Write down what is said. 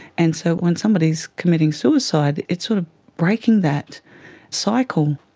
and so when somebody is committing suicide, it's sort of breaking that cycle.